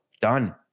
done